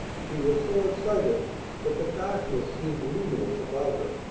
she was so excited that the darkness seemed luminous about her.